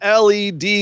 LED